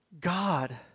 God